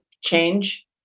change